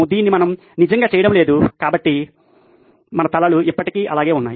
దీన్ని మనము నిజంగా చేయడం లేదు కాబట్టి మన తలలు ఇప్పటికీ అలాగే ఉన్నాయి